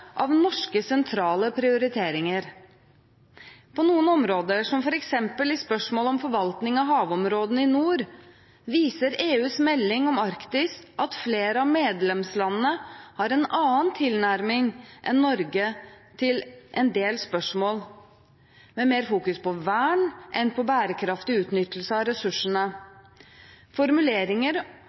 norske sentrale prioriteringer. På noen områder, som f.eks. i spørsmålet om forvaltning av havområdene i nord, viser EUs melding om Arktis at flere av medlemslandene har en annen tilnærming enn Norge til en del spørsmål – med mer fokus på vern enn på bærekraftig utnyttelse av ressursene. Formuleringer